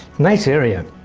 nice area.